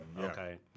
Okay